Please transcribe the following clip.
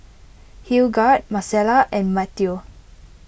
Hildegarde Marcella and Matteo